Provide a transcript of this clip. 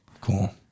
Cool